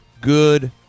good